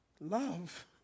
love